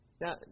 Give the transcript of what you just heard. Now